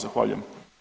Zahvaljujem.